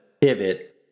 pivot